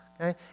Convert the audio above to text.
Okay